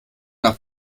nach